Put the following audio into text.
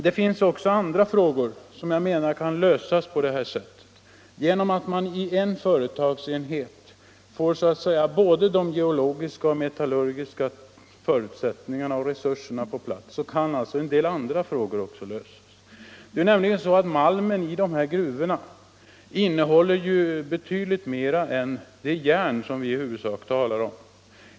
Jag menar att också andra frågor kan lösas genom att en företagsenhet så att säga får både de geologiska och metallurgiska förutsättningarna och resurserna. Malmen i dessa gruvor innehåller nämligen betydligt mer än det järn som vi i huvudsak talar om.